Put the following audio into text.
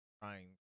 trying